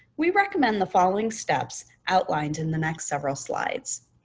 we recommend the following steps outlined in the next several slides.